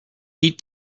beat